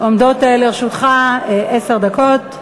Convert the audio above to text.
עומדות לרשותך עשר דקות.